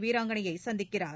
வீராங்கனையை சந்திக்கிறார்